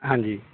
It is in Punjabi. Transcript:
ਹਾਂਜੀ